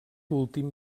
últim